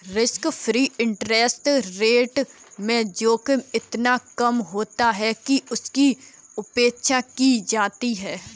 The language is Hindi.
रिस्क फ्री इंटरेस्ट रेट में जोखिम इतना कम होता है कि उसकी उपेक्षा की जाती है